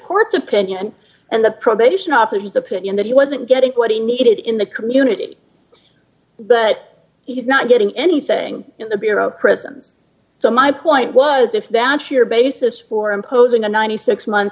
court's opinion and the probation officers opinion that he wasn't getting what he needed in the community but he's not getting anything in the bureau of prisons so my point was if that's your basis for imposing a ninety six month